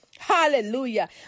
Hallelujah